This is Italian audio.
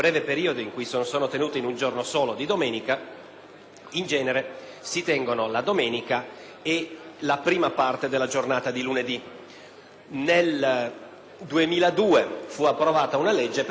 in genere si tengono di domenica e nella prima parte della giornata di lunedì. Nel 2002 fu approvata una legge che reintroduceva anche la giornata di lunedì